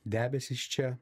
debesys čia